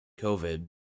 COVID